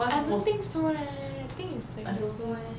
I don't think so leh I think it's like the same